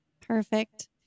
Perfect